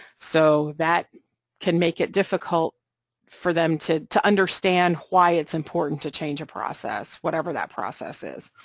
so that can make it difficult for them to to understand why it's important to change a process, whatever that process is.